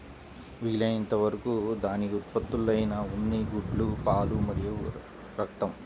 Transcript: వీలైనంత వరకు దాని ఉత్పత్తులైన ఉన్ని, గుడ్లు, పాలు మరియు రక్తం